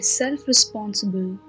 self-responsible